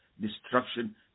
destruction